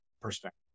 perspective